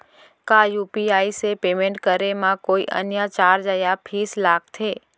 का यू.पी.आई से पेमेंट करे म कोई अन्य चार्ज या फीस लागथे?